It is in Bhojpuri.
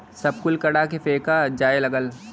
सब कुल कटा के फेका जाए लगल